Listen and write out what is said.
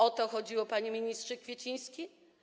Czy o to chodziło, panie ministrze Kwieciński?